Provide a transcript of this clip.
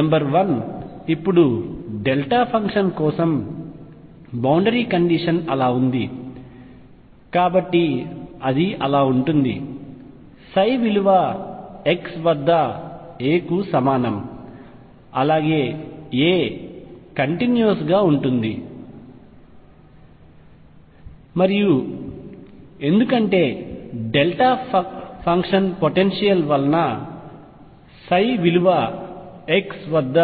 number one ఇప్పుడు delta function కోసం boundary condition అలా ఉంది కాబట్టి అది అలా ఉంటుంది విలువ x వద్ద a కు సమానం అలాగే a కంటిన్యూస్ గా ఉంటుంది మరియు ఎందుకంటే డెల్టా ఫంక్షన్ పొటెన్షియల్ వలన విలువ x వద్ద